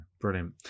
brilliant